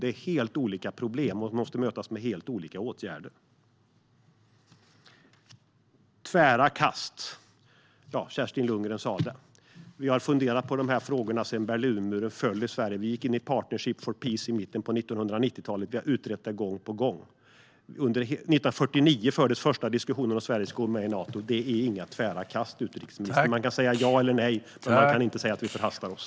Det är helt olika problem, och de måste mötas med helt olika åtgärder. Tvära kast? Kerstin Lundgren sa det: Vi har funderat på de här frågorna i Sverige sedan Berlinmuren föll. Vi gick med i Partnership for Peace i mitten av 1990-talet. Vi har utrett det gång på gång. År 1949 fördes den första diskussionen om Sverige ska gå med i Nato. Det är inga tvära kast, utrikesministern. Man kan säga ja eller nej, men man kan inte säga att vi förhastar oss.